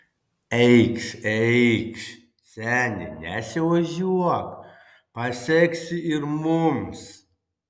eikš eikš seni nesiožiuok paseksi ir mums